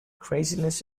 craziness